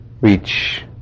reach